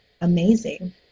amazing